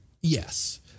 Yes